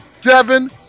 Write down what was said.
Devin